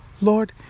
Lord